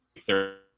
third